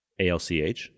ALCH